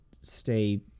stay